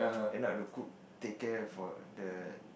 end up the cook take care for the